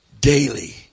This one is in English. daily